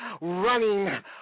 running